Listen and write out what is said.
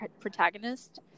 protagonist